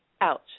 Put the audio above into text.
ouch